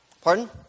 Pardon